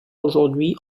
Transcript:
aujourd’hui